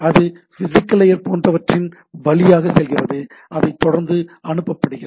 அது physical layer போன்றவற்றின் வழியாக செல்கிறது அது தொடர்ந்து அனுப்பப்பப்படுகிறது